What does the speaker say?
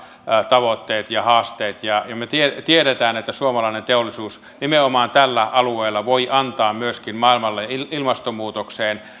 tavoitteet ja haasteet me tiedämme tiedämme että suomalainen teollisuus nimenomaan tällä alueella voi antaa myöskin maailmalle ilmastonmuutokseen